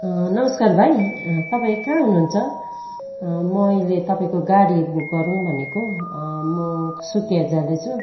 नमस्कार भाइ तपाईँ कहाँ हुनुहुन्छ मैले तपाईँको गाडी बुक गरूँ भनेको म सुकिया जाँदैछु